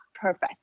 perfect